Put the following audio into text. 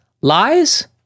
Lies